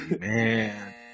man